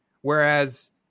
whereas